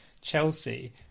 Chelsea